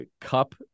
cup